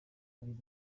yagize